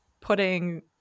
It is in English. putting